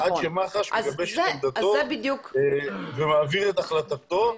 -- עד שמח"ש מגבש את עמדתו ומעביר את החלטתו,